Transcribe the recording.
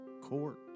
court